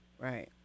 right